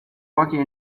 walking